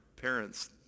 parents